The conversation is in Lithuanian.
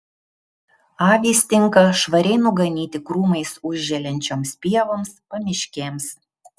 avys tinka švariai nuganyti krūmais užželiančioms pievoms pamiškėms